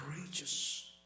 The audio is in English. courageous